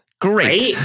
Great